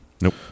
Nope